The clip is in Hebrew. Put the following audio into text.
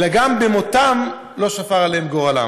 אלא גם במותם לא שפר עליהם גורלם.